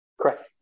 Correct